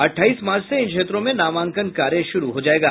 अठाईस मार्च से इन क्षेत्रों में नामांकन कार्य शुरू हो जायेगा